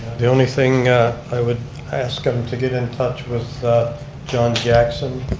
the only thing i would ask um to get in touch with john jackson,